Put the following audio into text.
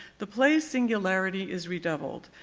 the play's singularity is redoubled,